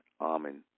Amen